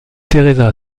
teresa